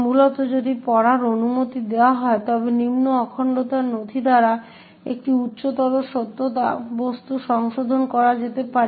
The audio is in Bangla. মূলত যদি পড়ার অনুমতি দেওয়া হয় তবে নিম্ন অখণ্ডতা নথি দ্বারা একটি উচ্চতর সততা বস্তু সংশোধন করা যেতে পারে